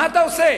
מה אתה עושה?